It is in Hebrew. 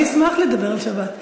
אני אשמח לדבר על שבת.